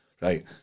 Right